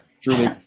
truly